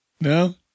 no